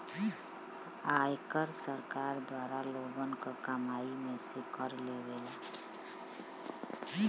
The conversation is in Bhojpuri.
आयकर सरकार द्वारा लोगन क कमाई में से कर लेवला